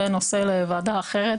זה נושא לוועדה אחרת,